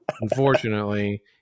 unfortunately